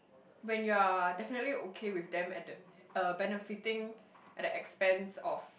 when you are definitely okay with them at the uh benefiting at the expense of